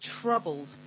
troubled